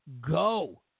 go